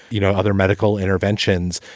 you know, other medical interventions.